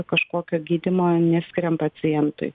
kažkokio gydymo neskiriam pacientui